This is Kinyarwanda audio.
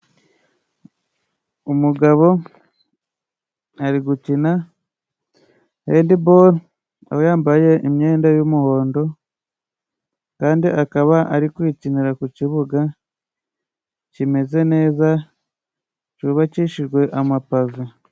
Umugabo ari gukina rediboro akaba yambaye imyenda y'umuhondo ,kandi akaba ari kuyikinira ku kibuga kimeze neza cyubakishijwe amapave.